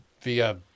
via